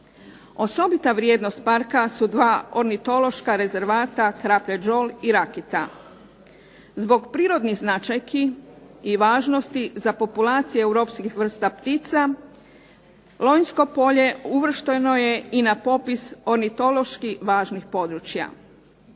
Osobita vrijednost Parka su 2 ornitološka rezervata Krapje đol i Rakita. Zbog prirodnih značajki i važnosti za populacije europskih vrsta ptica Lonjsko polje uvršteno je i na popis ornitološki važnih područja.